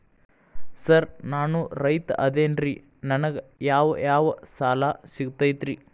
Sir ನಾನು ರೈತ ಅದೆನ್ರಿ ನನಗ ಯಾವ್ ಯಾವ್ ಸಾಲಾ ಸಿಗ್ತೈತ್ರಿ?